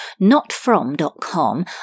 NotFrom.com